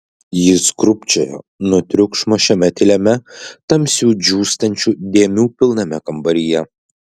jis krūpčiojo nuo triukšmo šiame tyliame tamsių džiūstančių dėmių pilname kambaryje